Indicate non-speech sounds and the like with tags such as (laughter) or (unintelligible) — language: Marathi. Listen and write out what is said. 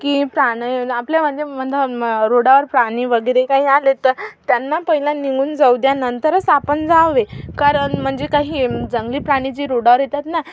की प्राणी आपल्या म्हणजे (unintelligible) रोडवर प्राणी वगैरे काही आले तर त्यांना पहिल्या निघून जाऊ द्या नंतरच आपण जावे कारण म्हणजे काही जंगली प्राणी जे रोडावर येतात ना